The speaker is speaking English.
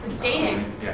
dating